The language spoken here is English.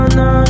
no